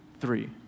three